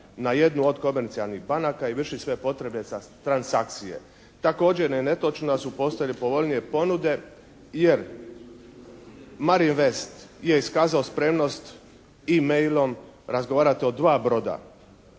na jednu od komercijalnih banaka i vrši sve potrebe za transakcije. Također je netočno da su postojale povoljnije ponude, jer "Marin Vest" je iskazao spremnost i e-mailom razgovarati o dva broda,